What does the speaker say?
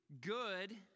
good